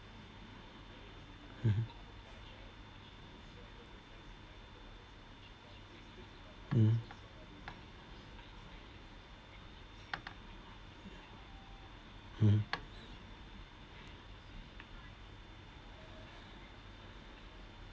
mmhmm mm mmhmm